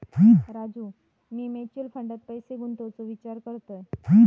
राजू, मी म्युचल फंडात पैसे गुंतवूचो विचार करतय